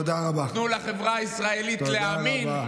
אתם רואים את העדה הדרוזית, את הכאב הגדול.